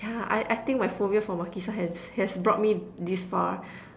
yeah I I think my phobia for Makisan has has brought me this far